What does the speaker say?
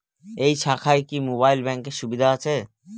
এই শাখায় কি মোবাইল ব্যাঙ্কের সুবিধা আছে?